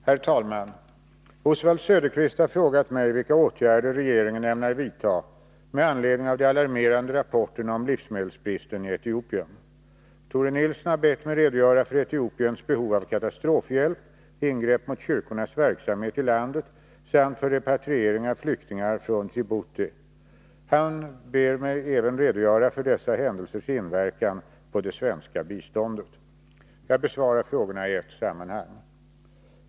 Herr talman! Oswald Söderqvist har frågat mig vilka åtgärder regeringen ämnar vidta med anledning av de alarmerade rapporterna om livsmedelsbristen i Etiopien. Tore Nilsson har bett mig redogöra för Etiopiens behov av katastrofhjälp, ingrepp mot kyrkornas verksamhet i landet samt för repatriering av flyktingar från Djibouti. Han ber mig även redogöra för dessa händelsers inverkan på det svenska biståndet. Jag besvarar frågorna i ett sammanhang.